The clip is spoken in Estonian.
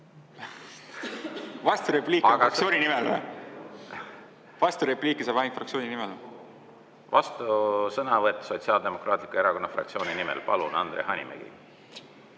Vasturepliik on fraktsiooni nimel või? Kas vasturepliiki saab ainult fraktsiooni nimel? Vastusõnavõtt Sotsiaaldemokraatliku Erakonna fraktsiooni nimel. Palun, Andre Hanimägi!